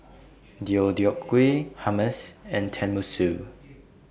Deodeok Gui Hummus and Tenmusu